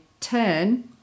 turn